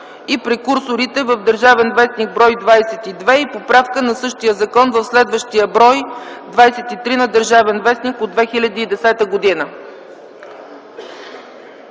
и прекурсорите в „ Държавен вестник” бр. 22 и поправка на същия закон в следващия бр. 23 на „ Държавен вестник” от 2010 г.